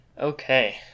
Okay